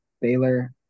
Baylor